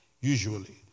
usually